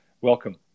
Welcome